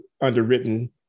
underwritten